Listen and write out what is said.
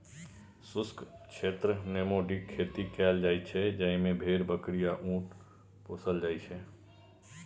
शुष्क क्षेत्रमे नामेडिक खेती कएल जाइत छै जाहि मे भेड़, बकरी आ उँट पोसल जाइ छै